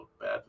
bad